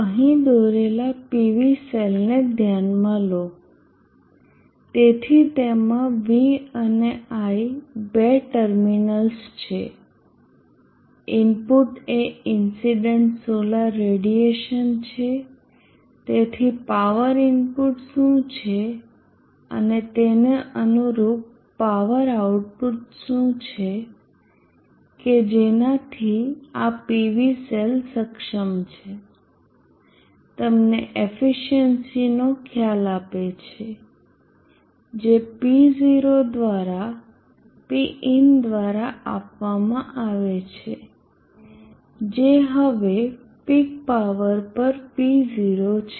અહીં દોરેલા PV સેલને ધ્યાનમાં લો તેથી તેમાં V અને I બે ટર્મિનલ્સ છે ઇનપુટ એ ઇન્સીડન્ટ સોલાર રેડીએશન છે તેથી પાવર ઇનપુટ શું છે અને તેને અનુરૂપ પાવર આઉટપુટ શું છે કે જેના થી આ PV સેલ સક્ષમ છે તમને એફિસિયન્સીનો ખ્યાલ આપે છે જે P0 દ્વારા Pin દ્વારા આપવામાં આવે છે જે હવે પીક પાવર પર P0 છે